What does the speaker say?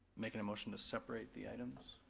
making a motion to separate the items.